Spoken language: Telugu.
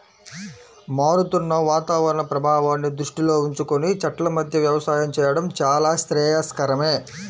మారుతున్న వాతావరణ ప్రభావాన్ని దృష్టిలో ఉంచుకొని చెట్ల మధ్య వ్యవసాయం చేయడం చాలా శ్రేయస్కరమే